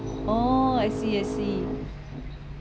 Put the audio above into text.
oh I see I see